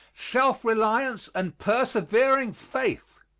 self-reliance and persevering faith.